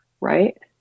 right